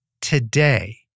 today